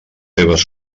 seues